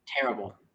terrible